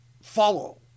follow